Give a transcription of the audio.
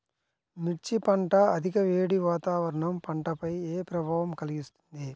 మిర్చి పంట అధిక వేడి వాతావరణం పంటపై ఏ ప్రభావం కలిగిస్తుంది?